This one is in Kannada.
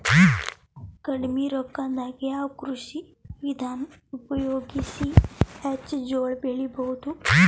ಕಡಿಮಿ ರೊಕ್ಕದಾಗ ಯಾವ ಕೃಷಿ ವಿಧಾನ ಉಪಯೋಗಿಸಿ ಹೆಚ್ಚ ಜೋಳ ಬೆಳಿ ಬಹುದ?